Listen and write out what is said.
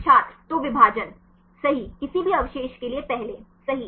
छात्र तो विभाजन सही किसी भी अवशेष के लिए पहले सही